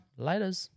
laters